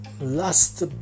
last